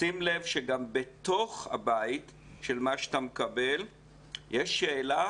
שים לב שגם בתוך הבית של מה שאתה מקבל יש שאלה